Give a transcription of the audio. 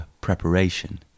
preparation